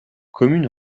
commune